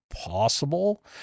possible